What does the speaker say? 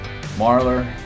Marler